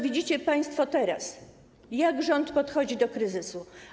Widzicie państwo teraz, jak rząd podchodzi do kryzysu.